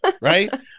Right